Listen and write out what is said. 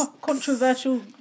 Controversial